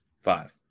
Five